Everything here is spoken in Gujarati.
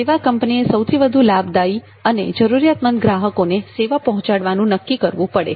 સેવા કંપનીએ સૌથી વધુ લાભદાયી અને જરૂરિયાતમંદ ગ્રાહકોને સેવા પહોંચાડવાનું નક્કી કરવું પડે